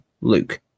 Luke